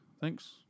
Thanks